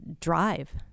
drive